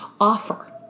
offer